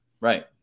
Right